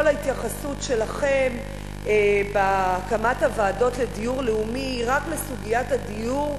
כל ההתייחסות שלכם בהקמת הוועדות לדיור לאומי היא רק לסוגיית הדיור,